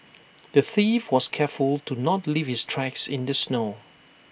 the thief was careful to not leave his tracks in the snow